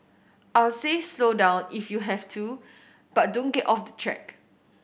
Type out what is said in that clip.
I'll say slow down if you have to but don't get off the track